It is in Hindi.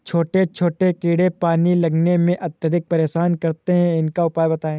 छोटे छोटे कीड़े पानी लगाने में अत्याधिक परेशान करते हैं इनका उपाय बताएं?